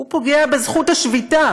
הוא פוגע בזכות השביתה.